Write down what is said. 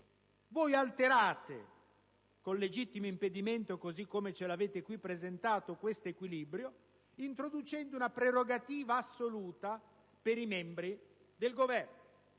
Voi alterate con il legittimo impedimento, così come ce l'avete qui presentato, questo equilibrio, introducendo una prerogativa assoluta per i membri del Governo.